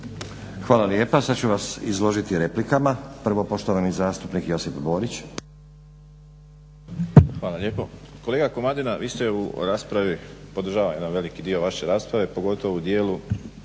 Hvala lijepa. Sada ću vas izložiti replikama. Prvo poštovani zastupnik Josip Borić. **Borić, Josip (HDZ)** Hvala lijepo. Kolega Komadina vi ste u raspravi podržavam jedan veliki dio vaše rasprave, pogotovo u dijelu